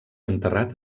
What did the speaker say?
enterrat